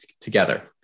together